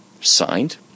signed